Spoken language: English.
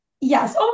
Yes